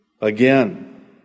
Again